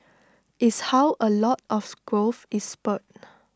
is how A lot of growth is spurred